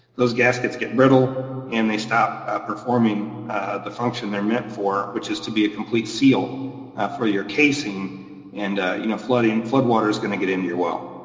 those gaskets get brittle and they stop performing the function they're meant for, which is to be a complete seal for your casing and you know flooding, flood water's gonna get into your well.